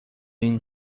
این